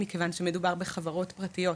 מכיוון שמדובר בחברות פרטיות.